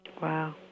Wow